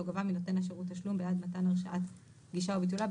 או גבה מנותן השירות תשלום בעד מתן הרשאת גישה או ביטולה,